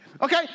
Okay